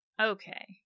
Okay